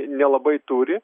nelabai turi